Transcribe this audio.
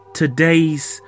today's